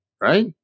right